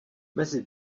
mezi